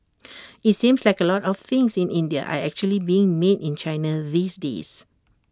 IT seems like A lot of things in India are actually being made in China these days